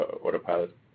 autopilot